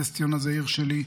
נס ציונה זו העיר שלי,